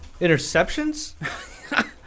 Interceptions